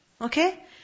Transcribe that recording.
okay